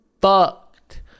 Fucked